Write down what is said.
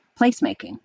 placemaking